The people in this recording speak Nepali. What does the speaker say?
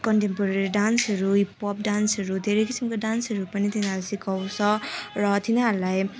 कन्टेम्पोरेरी डान्सहरू हिप्पोप डान्सहरू धेरै किसिमका डान्सहरू पनि तिनीहरूले सिकाउँछ र तिनीहरूलाई